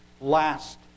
last